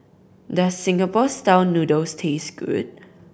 does Singapore Style Noodles taste good